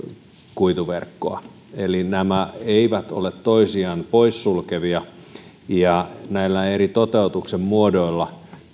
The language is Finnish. kuituverkkoa eli nämä eivät ole toisiaan poissulkevia ja näillä eri toteutuksen muodoilla